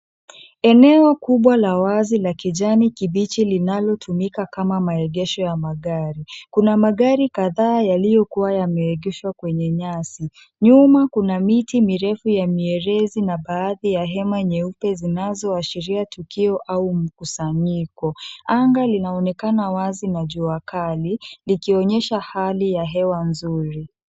Eneo kubwa la wazi la kijani kibichi linalotumika kama maegesho ya magari. Kuna magari kadhaa yaliyokuwa yameegeshwa kwenye nyasi. Nyuma kuna miti mirefu ya mierezi na baadhi ya hema nyeupe zinazoashiria tukio au mkusanyiko. Anga linaonekana wazi na jua kali likionyesha hali ya hewa nzuri.